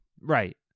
Right